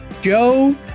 Joe